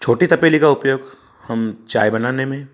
छोटी तपेली का उपयोग हम चाय बनाने में